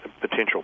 potential